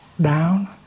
down